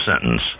sentence